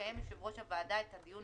יקיים יושב ראש הוועדה את הדיון